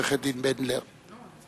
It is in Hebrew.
עורכת-הדין בנדלר.